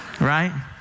Right